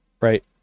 right